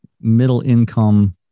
middle-income